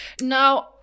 Now